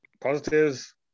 Positives